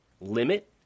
limit